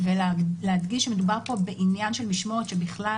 ולהדגיש שמדובר פה בעניין של משמורת שבכלל